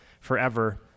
forever